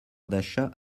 d’achat